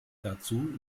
dazu